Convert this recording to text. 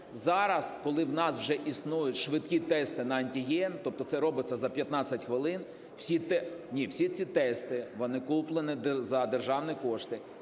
Зараз, коли в нас вже існують швидкі тести на антиген, тобто це робиться за 15 хвилин… Ні, всі ці тести, вони куплені за державні кошти.